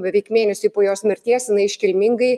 beveik mėnesiui po jos mirties jinai iškilmingai